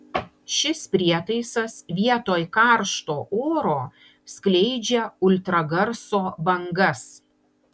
šis prietaisas vietoj karšto oro skleidžia ultragarso bangas